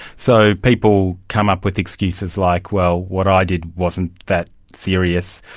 so people come up with excuses like, well what i did wasn't that serious,